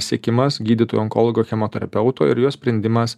sekimas gydytojo onkologo chemoterapeuto ir jo sprendimas